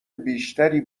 بیشتری